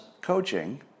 coaching